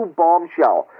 bombshell